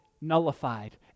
nullified